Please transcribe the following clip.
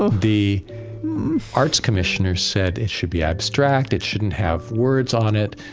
ah the arts commissioners said it should be abstract, it shouldn't have words on it.